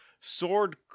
sword